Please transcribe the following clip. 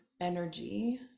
energy